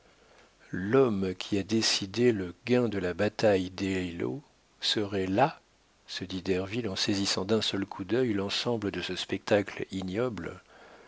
l'homme qui a décidé le gain de la bataille d'eylau serait là se dit derville en saisissant d'un seul coup d'œil l'ensemble de ce spectacle ignoble